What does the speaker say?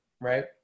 right